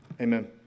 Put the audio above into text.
amen